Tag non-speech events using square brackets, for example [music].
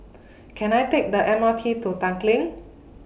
[noise] Can I Take The M R T to Tanglin